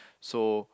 so